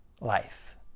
life